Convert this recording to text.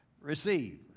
receive